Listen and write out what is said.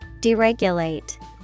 Deregulate